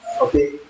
Okay